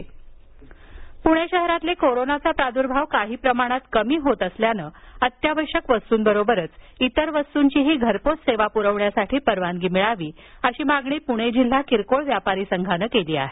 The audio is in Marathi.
व्यापारी संघ पुणे शहरातील कोरोनाचा प्रादुर्भाव काही प्रमाणात कमी होत असल्याने अत्यावश्यक वस्तूबरोबरच इतर वस्तूंची घरपोच सेवा प्रवण्यासाठी परवानगी मिळावी अशी मागणी पूणे जिल्हा रिटेल व्यापारी संघानं केली आहे